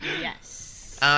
Yes